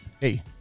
hey